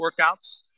workouts